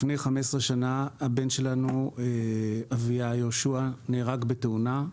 לפני 15 שנה, הבן שלנו אביה יהושע נהרג בתאונה.